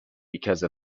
because